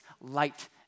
light